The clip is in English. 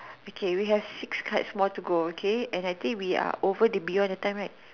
okay we have six cards more to go okay and I think we are over beyond the time right